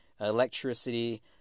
electricity